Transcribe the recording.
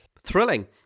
Thrilling